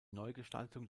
neugestaltung